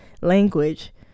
language